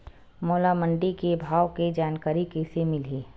मोला मंडी के भाव के जानकारी कइसे मिलही?